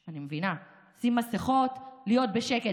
אני מבינה, שימו מסכות, להיות בשקט.